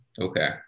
Okay